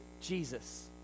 Jesus